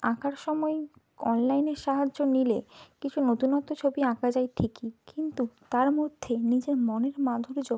আঁকার সময় অনলাইনে সাহায্য নিলে কিছু নতুন নতুন ছবি আঁকা যায় ঠিকই কিন্তু তার মধ্যে নিজের মনের মাধুর্য